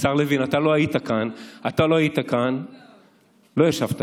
אתה לא היית כאן, לא ישבת כאן,